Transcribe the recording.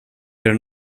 però